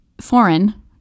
foreign